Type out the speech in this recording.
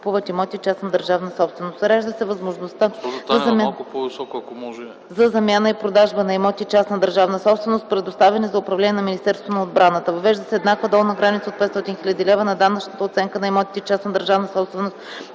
Урежда се възможността за замяна и продажба на имоти – частна държавна собственост,